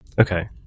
Okay